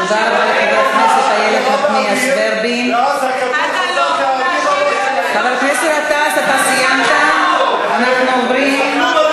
החייל הנוצרי שגר בנצרת, אתה לא תאשים קצין ברצח.